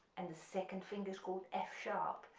and the second finger is called f sharp,